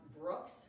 Brooks